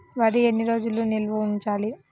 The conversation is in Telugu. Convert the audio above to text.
వరి ఎన్ని రోజులు నిల్వ ఉంచాలి?